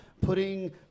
putting